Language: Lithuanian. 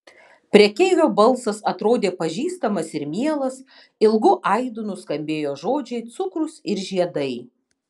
prekeivio balsas atrodė pažįstamas ir mielas ilgu aidu nuskambėjo žodžiai cukrus ir žiedai